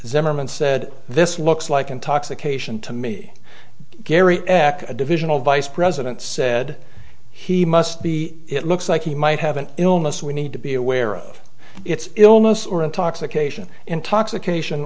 zimmerman said this looks like intoxication to me gary divisional vice president said he must be it looks like he might have an illness we need to be aware of it's illness or intoxication intoxication